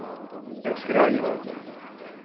X-ray ᱦᱩᱭᱩᱜᱼᱟ